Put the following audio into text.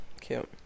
Cute